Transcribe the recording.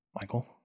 Michael